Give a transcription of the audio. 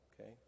okay